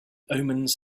omens